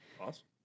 Awesome